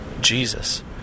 Jesus